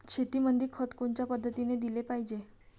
शेतीमंदी खत कोनच्या पद्धतीने देलं पाहिजे?